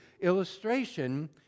illustration